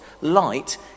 Light